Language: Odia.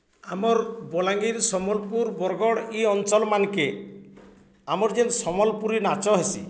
ଆମର୍ ବଲାଙ୍ଗୀର୍ ସମ୍ବଲ୍ପୁର୍ ବର୍ଗଡ଼୍ ଇ ଅଞ୍ଚଲ୍ମାନ୍କେ ଆମର୍ ଯେନ୍ ସମ୍ବଲ୍ପୁରୀ ନାଚ ହେସି